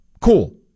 cool